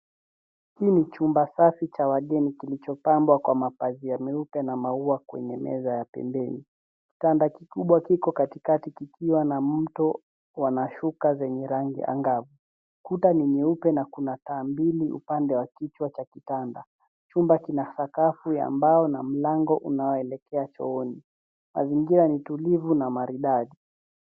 Hii ni chumba safi cha wageni kilichopambwa kwa mapazia meupe na maua kwenye meza ya pembeni. Kitanda kikubwa kiko katikati kikiwa na mto na shuka zenye rangi angavu. Kuta ni nyeupe na kuna taa mbili upande wa kichwa cha kitanda. Chumba kina sakafu ya mbao na mlango unaoelekea chooni. Mazingira ni tulivu na maridadi.